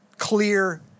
clear